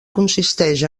consisteix